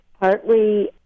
partly